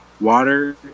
Water